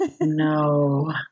no